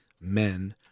men